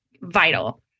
vital